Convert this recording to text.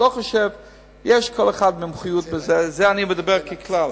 לכל אחד יש מומחיות, ואני מדבר ככלל.